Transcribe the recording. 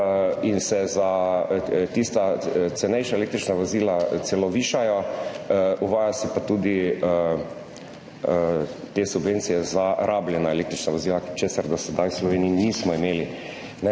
in se za tista cenejša električna vozila celo višajo, uvaja pa se tudi subvencije za rabljena električna vozila, česar do sedaj v Sloveniji nismo imeli.